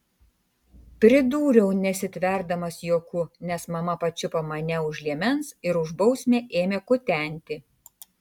pridūriau nesitverdamas juoku nes mama pačiupo mane už liemens ir už bausmę ėmė kutenti